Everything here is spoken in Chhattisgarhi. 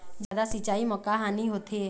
जादा सिचाई म का हानी होथे?